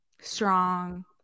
Strong